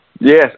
Yes